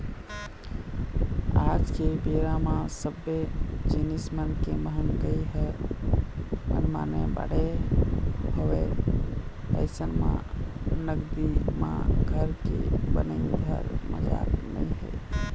आज के बेरा म सब्बे जिनिस मन के मंहगाई ह मनमाने बढ़े हवय अइसन म नगदी म घर के बनई ह मजाक नइ हे